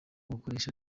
gukoresha